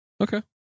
Okay